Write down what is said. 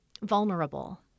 vulnerable